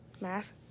Math